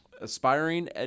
Aspiring